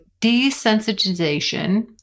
desensitization